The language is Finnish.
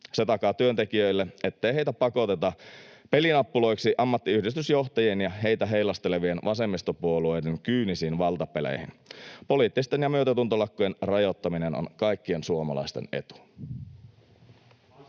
Se takaa työntekijöille, ettei heitä pakoteta pelinappuloiksi ammattiyhdistysjohtajien ja heitä heilastelevien vasemmistopuolueiden kyynisiin valtapeleihin. Poliittisten ja myötätuntolakkojen rajoittaminen on kaikkien suomalaisten etu.